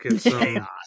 Chaos